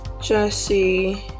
Jesse